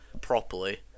properly